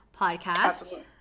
podcast